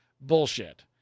Bullshit